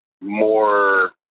more